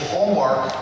Hallmark